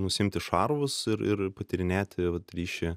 nusiimti šarvus ir ir patyrinėti vat ryšį